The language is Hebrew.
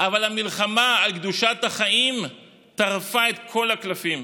אבל המלחמה על קדושת החיים טרפה את כל הקלפים.